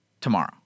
tomorrow